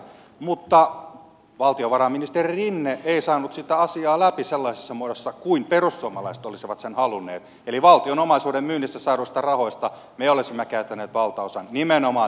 mutta valtiovarainministeri rinne ei saanut sitä asiaa läpi sellaisessa muodossa kuin perussuomalaiset olisivat sen halunneet eli valtion omaisuuden myynnistä saaduista rahoista me olisimme käyttäneet valtaosan nimenomaan tähän elvyttävään toimintaan